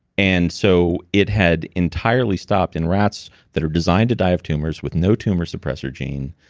and so it had entirely stopped in rats that are designed to die of tumors with no tumor suppression gene,